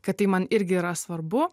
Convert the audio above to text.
kad tai man irgi yra svarbu